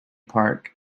park